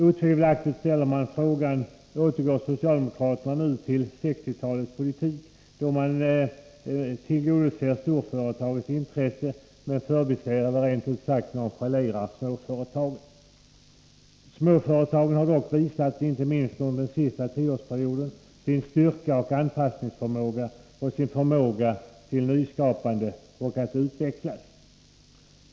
Otvivelaktigt ställer man frågan: Återgår socialdemokraterna nu till 1960-talets politik, då man tillgodosåg storföretagens intressen och förbisåg, eller rent ut sagt nonchalerade, småföretagen? Småföretagen har dock visat — inte minst under den senaste tioårsperioden — sin styrka och anpassningsförmåga och sin förmåga till nyskapande och utveckling.